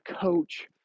coach